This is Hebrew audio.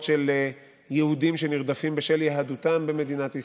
של יהודים שנרדפים בשל יהדותם במדינת ישראל.